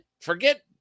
forget